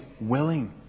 willing